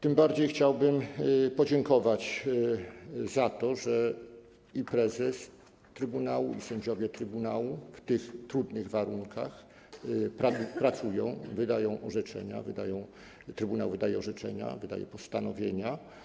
Tym bardziej chciałbym podziękować za to, że i prezes trybunału, i sędziowie trybunału w tych trudnych warunkach pracują, wydają orzeczenia, trybunał wydaje orzeczenia, wydaje postanowienia.